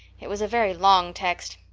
it was a very long text.